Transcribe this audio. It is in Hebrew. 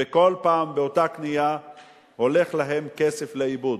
וכל פעם באותה קנייה הולך להם כסף לאיבוד,